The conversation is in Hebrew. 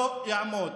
לא יעמוד.